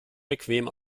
bequem